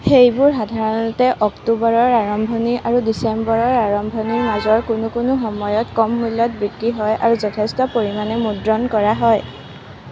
সেইবোৰ সাধাৰণতে অক্টোবৰৰ আৰম্ভণি আৰু ডিচেম্বৰৰ আৰম্ভণিৰ মাজৰ কোনো কোনো সময়ত কম মূল্যত বিক্ৰী হয় আৰু যথেষ্ট পৰিমাণে মুদ্ৰণ কৰা হয়